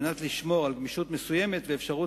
על מנת לשמור על גמישות מסוימת ואפשרות